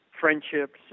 friendships